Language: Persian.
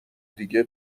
دیگه